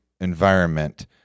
environment